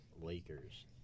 Lakers